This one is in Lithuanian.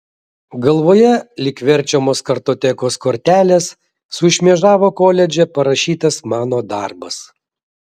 galvoje lyg verčiamos kartotekos kortelės sušmėžavo koledže parašytas mano darbas